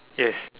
yes